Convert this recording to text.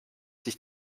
sich